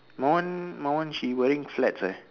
my one my one she wearing flats leh